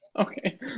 Okay